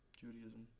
Judaism